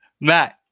Matt